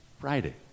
Friday